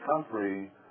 country